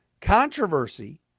controversy